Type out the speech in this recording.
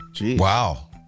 Wow